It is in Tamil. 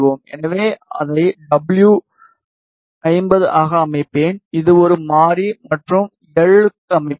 எனவே நான் அதை டபுள்யூ 50 ஆக அமைப்பேன் இது ஒரு மாறி மற்றும் நீளம் l க்கு அமைப்பேன்